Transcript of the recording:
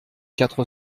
quatre